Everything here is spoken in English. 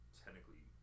technically